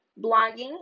blogging